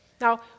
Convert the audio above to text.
Now